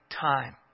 time